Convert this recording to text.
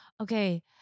Okay